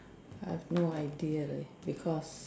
I've no idea leh because